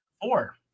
four